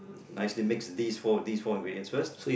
nice to mix these four these four ingredients first